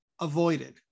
avoided